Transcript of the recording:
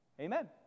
Amen